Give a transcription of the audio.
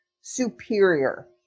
superior